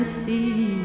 see